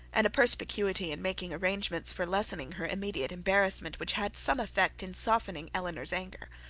and a perspicuity in making arrangements for lessening her immediate embarrassment, which had some effect in softening eleanor's anger.